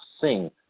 sing